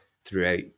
throughout